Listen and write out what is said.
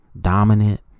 dominant